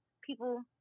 people